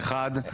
אחד,